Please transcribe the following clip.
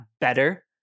better